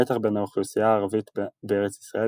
המתח בין האוכלוסייה הערבית בארץ ישראל